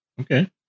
Okay